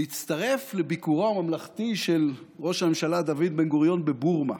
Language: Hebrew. להצטרף לביקורו הממלכתי של ראש הממשלה דוד בן-גוריון בבורמה.